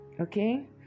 Okay